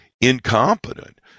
incompetent